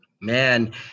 man